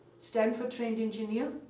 stanford-trained engineer